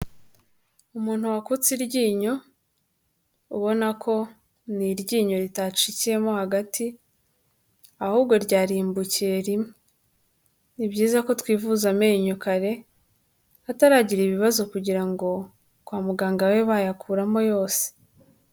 Umuntu wakutse iryinyo ubona ko ni iryinyo ritacikiyemo hagati ahubwo ryarimbukiye rimwe. Ni byiza ko twivuza amenyo kare hataragira ibibazo kugira ngo kwa muganga babe bayakuramo yose.